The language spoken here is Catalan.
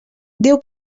diu